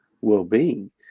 well-being